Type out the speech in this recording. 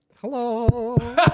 Hello